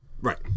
Right